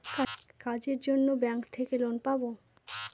কাজের জন্য ব্যাঙ্ক থেকে লোন পাবো